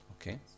Okay